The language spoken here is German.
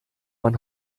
man